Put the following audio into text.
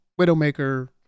Widowmaker